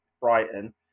Brighton